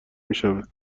میشود